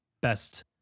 best